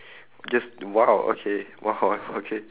just !wow! okay !wow! wo~ okay